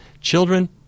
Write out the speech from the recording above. Children